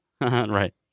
right